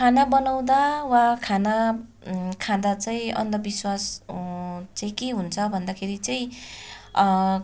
खाना बनाउँदा वा खाना खाँदा चाहिँ अन्धविश्वास चाहिँ चाहिँ के हुन्छ भन्दाखेरि चाहिँ